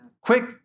Quick